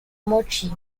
mochi